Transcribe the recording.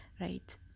right